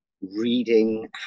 reading